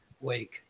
wake